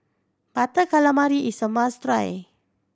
Butter Calamari is a must try